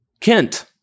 Kent